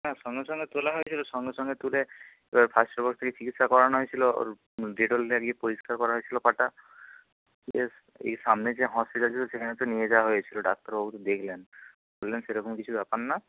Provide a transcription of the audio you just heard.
হ্যাঁ সঙ্গে সঙ্গে তোলা হয়েছিল সঙ্গে সঙ্গে তুলে এবার ফার্স্ট এড বক্স থেকে চিকিৎসা করানো হয়েছিল ওর ডেটল লাগিয়ে পরিষ্কার করা হয়েছিল পাটা এই সামনে যে হসপিটাল ছিল সেখানে তো নিয়ে যাওয়া হয়েছিল ডাক্তারবাবু তো দেখলেন বললেন সে রকম কিছু ব্যাপার না